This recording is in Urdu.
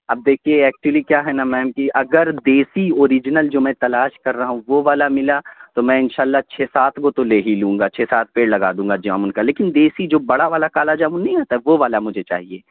اب دیکھیے ایکچولی کیا ہے نا میم کہ اگر دیسی اوریجنل جو میں تلاش کر رہا ہوں وہ والا ملا تو میں ان شاء اللہ چھ سات گو تو لے ہی لوں گا چھ سات پیر لگا دوں گا جامن کا لیکن دیسی جو بڑا والا کالا جامن نہیں رہتا وہ والا مجھے چاہیے